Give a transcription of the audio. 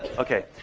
okay,